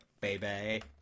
baby